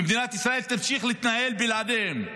מדינת ישראל תמשיך להתנהל בלעדיהם,